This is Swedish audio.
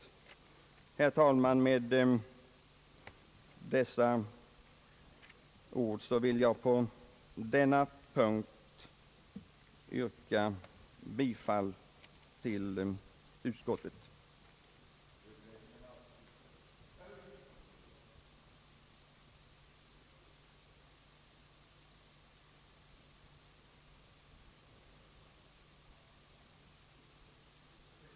Herr talman! Med dessa ord vill jag yrka bifall till utskottets förslag på denna punkt.